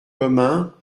commun